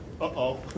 Uh-oh